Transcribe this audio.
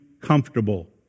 comfortable